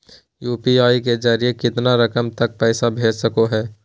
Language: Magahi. यू.पी.आई के जरिए कितना रकम तक पैसा भेज सको है?